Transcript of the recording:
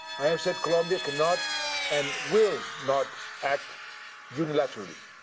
i have said colombia cannot and will not act unilaterally.